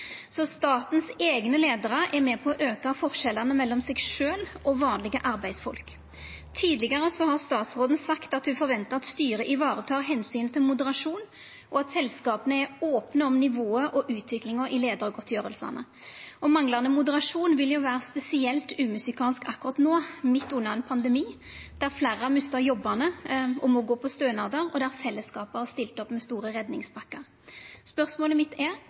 Statens eigne leiarar er med på å auka forskjellane mellom seg sjølve og vanlege arbeidsfolk. Tidlegare har statsråden sagt at ho forventar at styra tek i vare omsynet til moderasjon, og at selskapa er opne om nivået og utviklinga i leiargodtgjeringane. Manglande moderasjon vil jo vera spesielt umusikalsk akkurat no, midt i ein pandemi, der fleire mistar jobbane og må gå på stønad, og der fellesskapet har stilt opp med store redningspakkar. Spørsmålet mitt er: